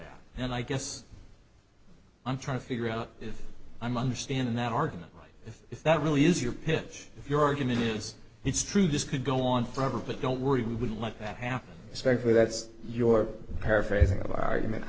and i guess i'm trying to figure out if i'm understanding that argument if that really is your pitch if your argument is it's true this could go on forever but don't worry we would let that happen especially that's your paraphrasing of argument